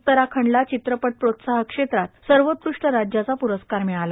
उत्तराखंडला चित्रपट प्रोत्साहक क्षेत्रात सर्वोत्कृष्ट राज्याचा पुरस्कार मिळाला